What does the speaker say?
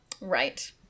Right